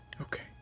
Okay